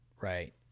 right